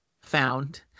found